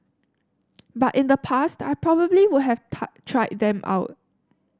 but in the past I probably would have tie tried them out